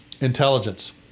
intelligence